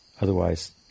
Otherwise